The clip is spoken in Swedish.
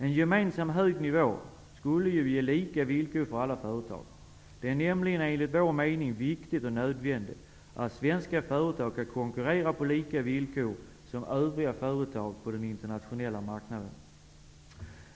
En gemensam hög nivå skulle ju ge lika villkor för alla företag. Det är nämligen enligt vår mening viktigt och nödvändigt att svenska företag kan konkurrera på lika villkor som övriga företag på den internationella marknaden.